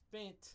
spent